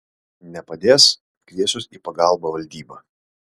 nepadės kviesiuos į pagalbą valdybą